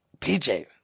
PJ